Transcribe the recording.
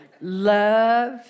Love